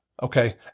Okay